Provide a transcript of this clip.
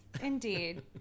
indeed